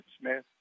Smith